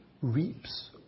reaps